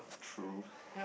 true